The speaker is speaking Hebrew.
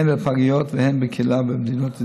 הן בפגיות והן בקהילה במדינת ישראל.